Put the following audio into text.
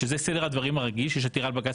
שזה סדר הדברים הרגיל כשיש עתירה לבג"צ,